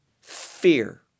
fear